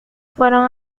fueron